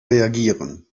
reagieren